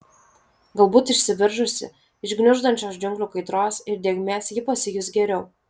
galbūt išsiveržusi iš gniuždančios džiunglių kaitros ir drėgmės ji pasijus geriau